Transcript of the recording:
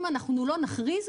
אם אנחנו לא נכריז,